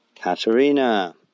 ...Katerina